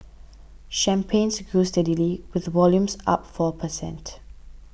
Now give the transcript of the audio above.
champagnes grew steadily with volumes up four per cent